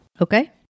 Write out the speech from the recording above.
Okay